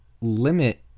limit